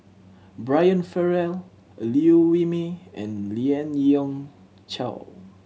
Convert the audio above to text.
Brian Farrell Liew Wee Mee and Lien Ying Chow